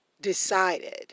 decided